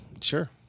sure